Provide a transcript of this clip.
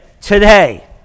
today